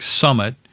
summit